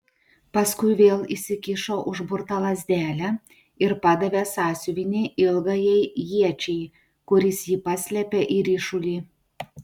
paskui vėl įsikišo užburtą lazdelę ir padavė sąsiuvinį ilgajai iečiai kuris jį paslėpė į ryšulį